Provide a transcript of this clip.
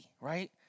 right